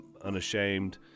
Unashamed